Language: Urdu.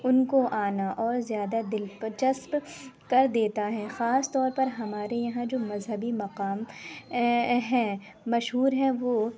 ان کو آنا اور زیادہ دلچسپ کر دیتا ہے خاص طور پر ہمارے یہاں جو مذہبی مقام ہیں مشہور ہیں وہ